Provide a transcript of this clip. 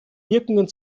wirkungen